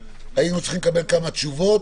התשפ"א 2020. היינו צריכים לקבל כמה תשובות,